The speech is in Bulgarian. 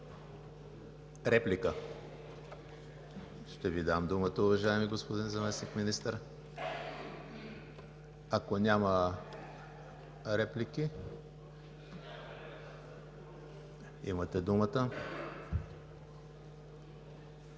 реплики? Ще Ви дам думата, уважаеми господин Заместник министър. Ако няма реплики, имате думата.